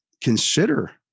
consider